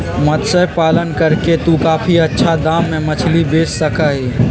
मत्स्य पालन करके तू काफी अच्छा दाम में मछली बेच सका ही